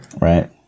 right